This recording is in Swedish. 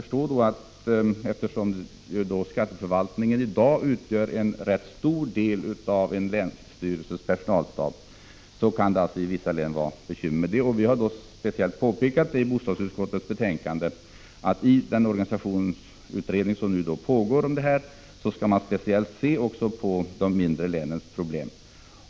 Skatteförvaltningen utgör i dag en rätt stor del av en länsstyrelses personalstab. Inom vissa län kan detta vara ett bekymmer. I bostadsutskottets betänkande har vi speciellt påpekat att den organisationsutredning som pågår bör speciellt se på de mindre länens problem.